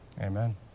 Amen